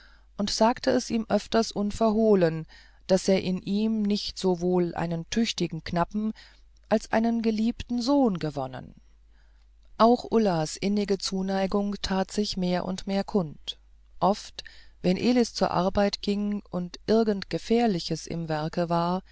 und sagte es ihm öfters unverhohlen daß er in ihm nicht sowohl einen tüchtigen knappen als einen geliebten sohn gewonnen auch ullas innige zuneigung tat sich immer mehr und mehr kund oft wenn elis zur arbeit ging und irgend gefährliches im werke war